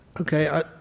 Okay